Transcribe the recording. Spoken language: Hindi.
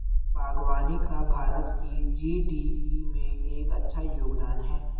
बागवानी का भारत की जी.डी.पी में एक अच्छा योगदान है